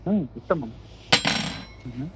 आम् उत्तमम्